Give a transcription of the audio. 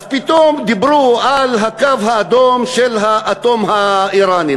אז פתאום דיברו על הקו האדום של האטום האיראני.